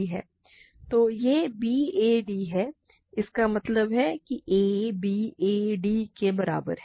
तो यह b a d है इसका मतलब है कि a b a d के बराबर है